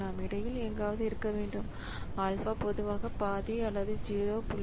நாம் இடையில் எங்காவது இருக்க வேண்டும் ஆல்பா பொதுவாக பாதி அல்லது 0